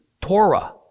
Torah